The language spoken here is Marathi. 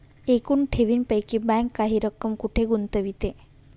एकूण ठेवींपैकी बँक काही रक्कम कुठे गुंतविते?